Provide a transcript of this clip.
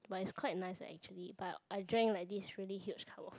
but it's quite nice eh actually but I drank like this really huge cup of